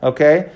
Okay